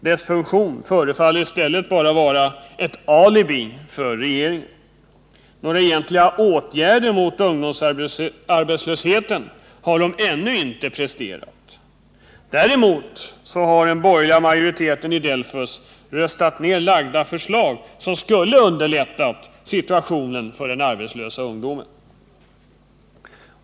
Dess funktion förefaller bara vara att utgöra ett alibi för regeringen. Några egentliga åtgärder mot ungdomsarbetslösheten har delegationen ännu inte föreslagit. Däremot har den borgerliga majoriteten i DELFUS röstat ned förslag till åtgärder som skulle ha underlättat situationen för den arbetslösa ungdomen.